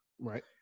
right